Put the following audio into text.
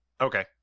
Okay